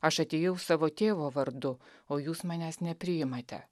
aš atėjau savo tėvo vardu o jūs manęs nepriimate